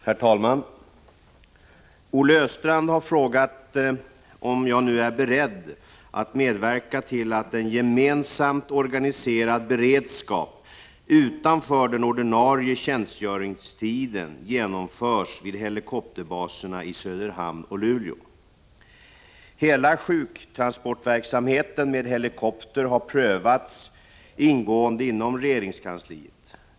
Herr talman! Olle Östrand har frågat om jag nu är beredd att medverka till att en gemensamt organiserad beredskap utanför den ordinarie tjänstgöringstiden genomförs vid helikopterbaserna i Söderhamn och Luleå. Hela sjuktransportverksamheten med helikopter har prövats ingående inom regeringskansliet.